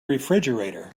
refrigerator